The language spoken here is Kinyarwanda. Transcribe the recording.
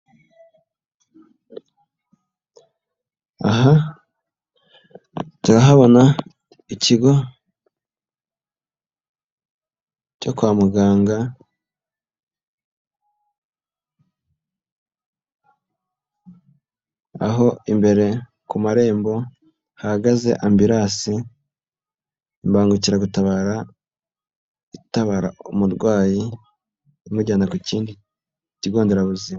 Aha turahabona ikigo cyo kwa muganga aho imbere ku marembo hagaze ambirasi, imbangukiragutabara itabara umurwayi imujyana ku kindi kigo nderabuzima.